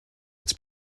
its